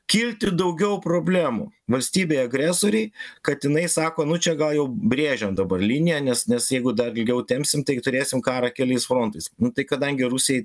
kilti daugiau problemų valstybei agresorei kad jinai sako nu čia gal jau brėžiam dabar liniją nes nes jeigu dar ilgiau tempsim tai turėsim karą keliais frontais nu tai kadangi rusijai